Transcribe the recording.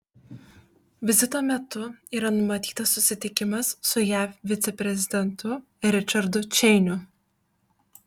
vizito metu yra numatytas susitikimas su jav viceprezidentu ričardu čeiniu